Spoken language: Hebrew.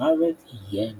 שהמוות יהיה מסודר",